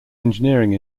engineering